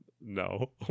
no